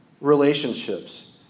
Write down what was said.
relationships